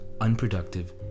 unproductive